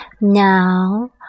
Now